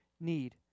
need